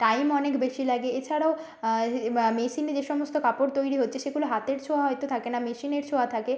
time অনেক বেশি লাগে এছাড়াও এ বা মেশিনে যে সমস্ত কাপড় তৈরি হচ্ছে সেগুলো হাতের ছোঁয়া হয়তো থাকে না মেশিনের ছোঁয়া থাকে